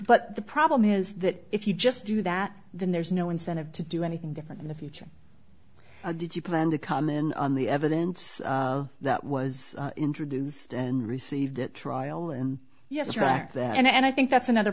but the problem is that if you just do that then there's no incentive to do anything different in the future or did you plan to come in on the evidence that was introduced and receive that trial and yes track that and i think that's another